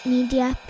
Media